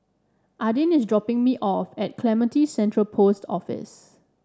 Adin is dropping me off at Clementi Central Post Office